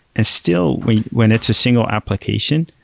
and still, when when it's a single application,